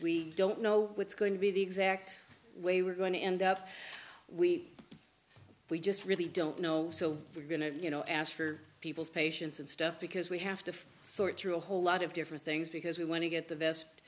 we don't know what's going to be the exact way we're going to end up we we just really don't know we're going to you know ask for people's patience and stuff because we have to sort through a whole lot of different things because we want to get the best